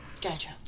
Gotcha